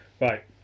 Right